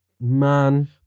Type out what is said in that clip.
Man